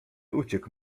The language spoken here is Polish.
uciekł